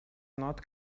not